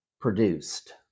produced